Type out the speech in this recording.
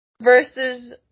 Versus